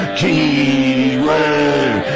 keyword